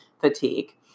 fatigue